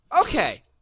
okay